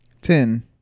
Ten